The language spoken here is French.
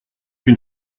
une